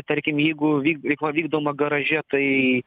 tarkim jeigu vy veikla vykdoma garaže tai